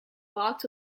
box